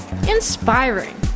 Inspiring